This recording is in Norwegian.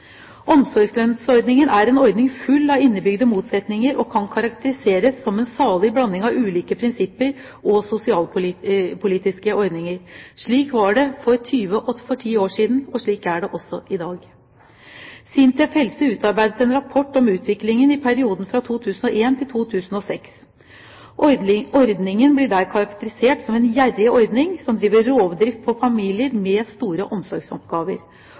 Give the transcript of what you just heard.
Omsorgslønnsordningen er en ordning full av innebygde motsetninger og kan karakteriseres som en «salig blanding» av ulike prinsipper og sosialpolitiske ordninger. Slik var det for ti år siden, og slik er det også i dag. SINTEF Helse utarbeidet en rapport om utviklingen i perioden 2001–2006. Ordningen blir der karakterisert som «en gjerrig ordning som driver rovdrift på familier med store omsorgsoppgaver